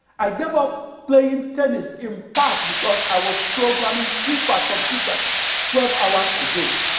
i gave up playing tennis in part because i was programming supercomputers twelve hours a day.